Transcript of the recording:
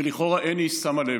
ולכאורה אין איש שם לב.